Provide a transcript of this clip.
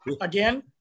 again